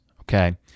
okay